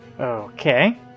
Okay